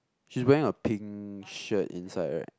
she's wearing a pink shirt inside right